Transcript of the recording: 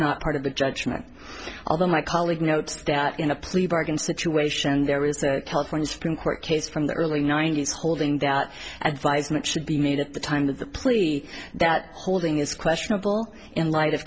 not part of the judgment although my colleague notes that in a plea bargain situation there is a california supreme court case from the early ninety's holding that advisement should be made at the time of the plea that holding is questionable in light of